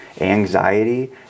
anxiety